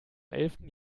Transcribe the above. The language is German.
elften